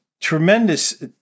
tremendous